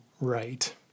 right